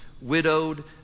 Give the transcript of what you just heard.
widowed